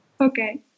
Okay